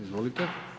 Izvolite.